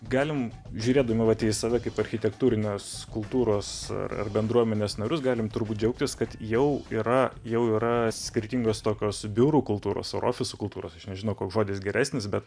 galim žiūrėdami vat į save kaip architektūrinės kultūros ar bendruomenės narius galim turbūt džiaugtis kad jau yra jau yra skirtingos tokios biurų kultūros ar ofisų kultūros nežinau koks žodis geresnis bet